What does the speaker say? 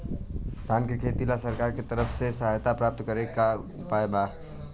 धान के खेती ला सरकार के तरफ से सहायता प्राप्त करें के का उपाय बा?